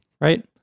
Right